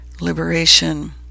liberation